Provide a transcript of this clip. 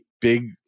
big